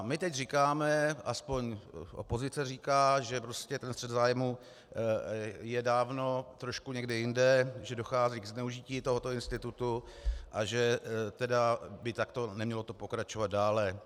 My teď říkáme, aspoň opozice říká, že prostě ten střet zájmů je dávno trošku někde jinde, že dochází k zneužití tohoto institutu a že by to takto nemělo pokračovat dále.